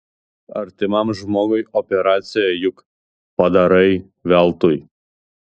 artimam žmogui operaciją juk padarai veltui